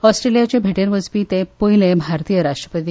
ऑस्ट्रेलियाचे भेटेर वचती ते पयले भारतीय राष्ट्रपती